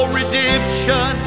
redemption